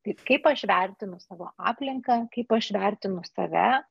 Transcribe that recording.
kai kaip aš vertinu savo aplinką kaip aš vertinu save